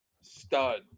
stud